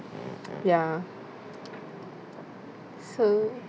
ya so